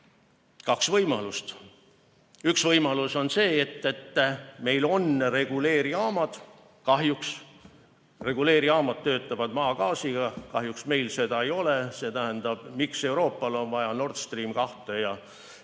kaks võimalust. Üks võimalus on see, et meil on regulaarjaamad. Kahjuks regulaarjaamad töötavad maagaasiga ja kahjuks meil seda ei ole. See tähendab, miks Euroopal on vaja Nord Stream 2, mille